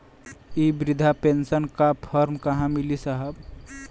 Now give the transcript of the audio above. इ बृधा पेनसन का फर्म कहाँ मिली साहब?